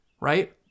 right